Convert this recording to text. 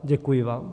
Děkuji vám.